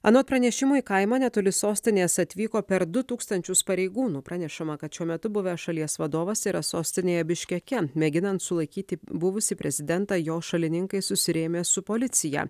anot pranešimo į kaimą netoli sostinės atvyko per du tūkstančius pareigūnų pranešama kad šiuo metu buvęs šalies vadovas yra sostinėje biškeke mėginant sulaikyti buvusį prezidentą jo šalininkai susirėmė su policija